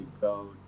go